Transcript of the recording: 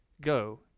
Go